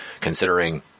Considering